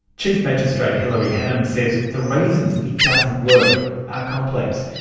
chief magistrate hilary hannam says the reasons it doesn't work are complex,